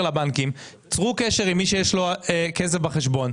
לבנקים צרו קשר עם מי שיש לו כסף בחשבון.